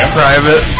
private